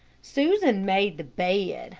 susan made the bed,